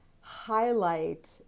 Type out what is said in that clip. highlight